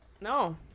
No